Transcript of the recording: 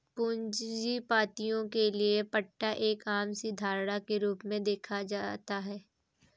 पूंजीपतियों के लिये पट्टा एक आम सी धारणा के रूप में देखा जाता है